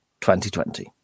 2020